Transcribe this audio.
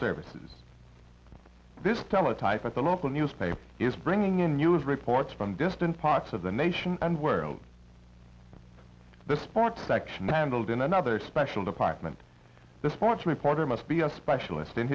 services this teletype the local newspaper is bringing in news reports from distant parts of the nation and world the sports section handled in another special department the sports reporter must be a specialist in